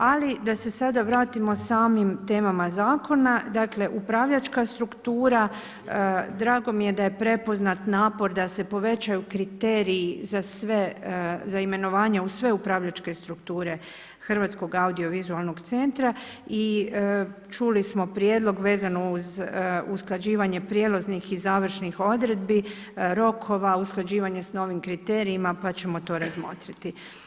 Ali da se sada vratimo samim temama zakona, dakle upravljačka struktura, drago mi je da je prepoznat napor da se povećaju kriteriji za sve, za imenovanje u sve upravljačke strukture HAVC-a i čuli smo prijedlog vezano uz usklađivanje prijelaznih i završnih odredbi, rokova, usklađivanje s novim kriterijima pa ćemo to razmotriti.